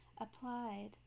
applied